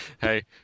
hey